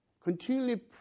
continually